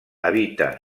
habita